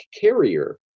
carrier